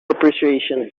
appreciation